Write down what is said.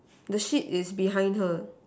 the seat is behind her